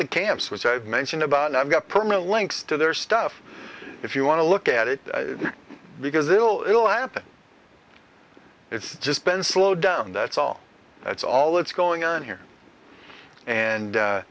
the camps which i've mentioned about and i've got permanent links to their stuff if you want to look at it because they will it will happen it's just been slowed down that's all that's all that's going on here and